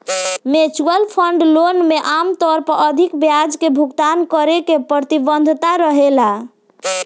mutual fund loan में आमतौर पर अधिक ब्याज के भुगतान करे के प्रतिबद्धता रहेला